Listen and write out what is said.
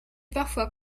parfois